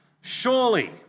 Surely